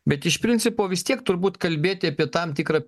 bet iš principo vis tiek turbūt kalbėti apie tam tikrą